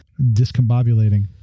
discombobulating